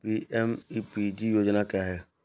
PMEPG योजना क्या है?